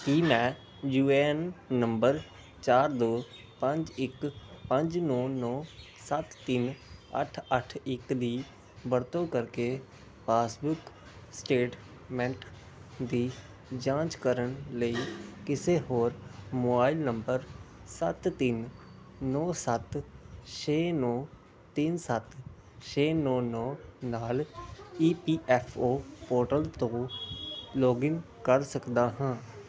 ਕੀ ਮੈਂ U A N number ਚਾਰ ਦੋ ਪੰਜ ਇੱਕ ਪੰਜ ਨੌਂ ਨੌਂ ਸੱਤ ਤਿੰਨ ਅੱਠ ਅੱਠ ਇੱਕ ਦੀ ਵਰਤੋਂ ਕਰਕੇ ਪਾਸਬੁੱਕ ਸਟੇਟਮੈਂਟ ਦੀ ਜਾਂਚ ਕਰਨ ਲਈ ਕਿਸੇ ਹੋਰ ਮੋਬਾਈਲ ਨੰਬਰ ਸੱਤ ਤਿੰਨ ਨੌਂ ਸੱਤ ਛੇ ਨੌਂ ਤਿੰਨ ਸੱਤ ਛੇ ਨੌਂ ਨੌਂ ਨਾਲ E P F O portal ਤੋਂ ਲੌਗਇਨ ਕਰ ਸਕਦਾ ਹਾਂ